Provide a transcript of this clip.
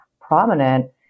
prominent